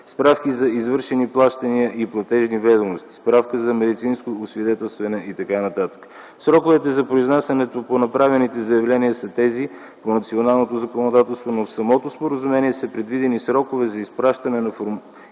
справки за извършени плащания и платежни ведомости, справка за медицинско освидетелстване и т.н. Сроковете за произнасяне по направените заявления са тези по националното законодателство, но в самото споразумение са предвидени срокове за изпращане и оформяне